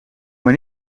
mij